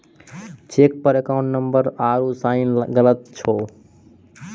cheque पर account number आरू sign गलत छौ